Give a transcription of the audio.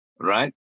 Right